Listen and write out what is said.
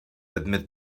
admit